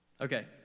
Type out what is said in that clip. Okay